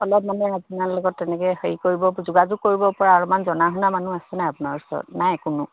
অলপ মানে আপোনাৰ লগত তেনেকৈ হেৰি কৰিব যোগাযোগ কৰিব পৰা অলপমান জনা শুনা মানুহ আছে নাই আপোনাৰ ওচৰত নাই কোনো